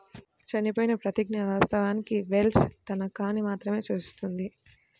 చనిపోయిన ప్రతిజ్ఞ, వాస్తవానికి వెల్ష్ తనఖాని మాత్రమే సూచిస్తుంది